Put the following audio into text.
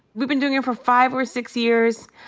we've been doing it for five or six years.